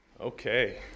Okay